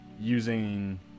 using